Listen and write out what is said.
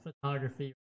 photography